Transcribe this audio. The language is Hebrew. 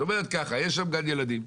יש גם גן ילדים,